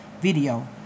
video